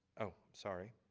oh, sorry.